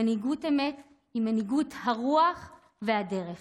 מנהיגות אמת היא מנהיגות הרוח והדרך.